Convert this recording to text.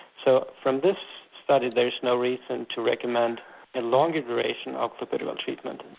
so from this study there is no reason to recommend a longer duration of clopidogrel treatment.